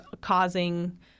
causing –